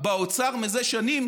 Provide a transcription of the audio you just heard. באוצר מזה שנים,